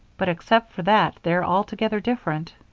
but except for that they're altogether different.